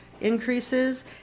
increases